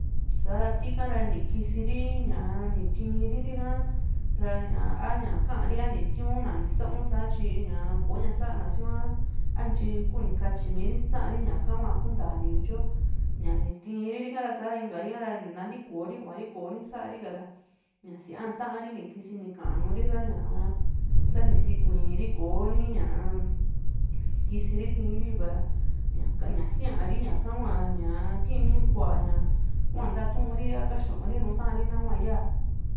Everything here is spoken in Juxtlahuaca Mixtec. sara tiká´ ra ni kisi ri ñaa ni tiriraa ra ña a´ña kari ni tiuna ni sau´sa tyi ña koña sana síu a ntyi kuni katyimiri si ta´ri ñaka hua kuntani yu tyo ñani tiiriri ka sa´ra inka ri kara ni nanintiko ri kuari koni saa´ri ka ra ña siaa ta´nri ni kisi ni ka´an nuri sañaa sani sikuiri koo niñaa kisiri tiiri kayu ra ñaka ñak ña síari ñaka hua ñaa kimí kua ña ntaturi a kaxtu ri nùù ta´ri nahua yaa